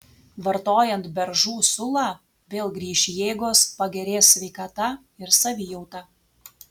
vartojant beržų sulą vėl grįš jėgos pagerės sveikata ir savijauta